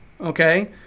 okay